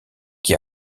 qui